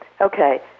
Okay